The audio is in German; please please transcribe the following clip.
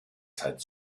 zeit